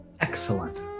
Excellent